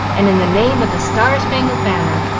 and in the name of the star-spangled banner,